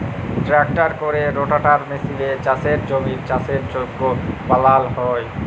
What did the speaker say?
ট্রাক্টরে ক্যরে রোটাটার মেসিলে চাষের জমির চাষের যগ্য বালাল হ্যয়